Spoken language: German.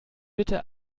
bitte